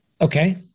Okay